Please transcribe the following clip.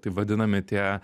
taip vadinami tie